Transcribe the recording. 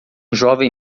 jovem